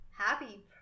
happy